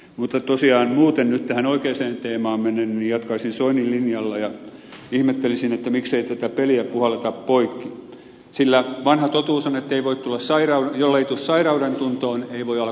mutta tosiaan kun muuten nyt tähän oikeaan teemaan menen niin jatkaisin soinin linjalla ja ihmettelisin miksei tätä peliä puhalleta poikki sillä vanha totuus on että jollei tule sairaudentuntoon ei voi alkaa parantua